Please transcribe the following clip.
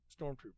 stormtrooper